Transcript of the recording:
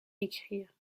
écrire